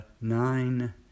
nine